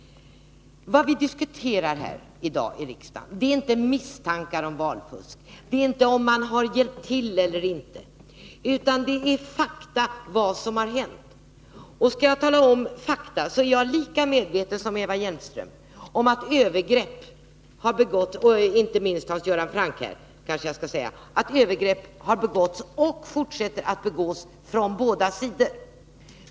Vad vi diskuterar i dag här i riksdagen är inte misstankar om valfusk eller om länder har ”hjälpt till” eller inte, utan det är fakta — vad som har hänt. Jag skall tala om fakta: Jag är lika medveten som Eva Hjelmström och Hans Göran Franck om att övergrepp har begåtts och fortfarande begås av båda sidor.